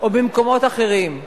או במקומות אחרים.